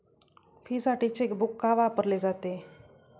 फीसाठी चेकबुक का वापरले जाते?